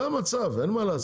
זה המצב, אין מה לעשות.